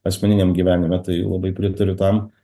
asmeniniam gyvenime tai labai pritariu tam